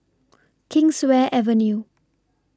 Kingswear Avenue